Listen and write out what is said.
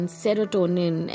serotonin